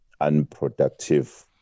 unproductive